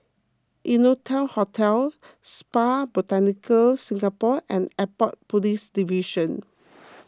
Innotel Hotel Spa Botanica Singapore and Airport Police Division